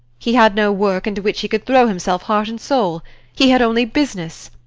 he had no work into which he could throw himself heart and soul he had only business.